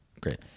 Great